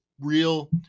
real